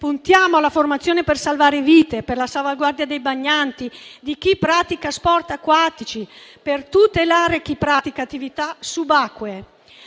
Puntiamo alla formazione per salvare vite, per la salvaguardia dei bagnanti e di chi pratica sport acquatici, per tutelare chi pratica attività subacquee.